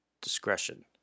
discretion